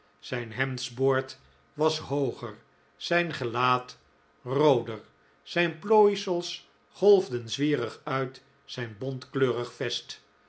zijn hemdsboord was hooger zijn gelaat rooder zijn plooisels golfden zwierig uit zijn bontkleurig vest